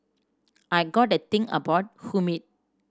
I got a thing about humid